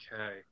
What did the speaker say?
Okay